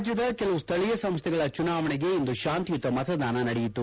ರಾಜ್ಯದ ಕೆಲವು ಸ್ಥಳೀಯ ಸಂಸ್ಥೆಗಳ ಚುನಾವಣೆಗೆ ಇಂದು ಶಾಂತಿಯುತ ಮತದಾನ ನಡೆಯಿತು